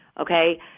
okay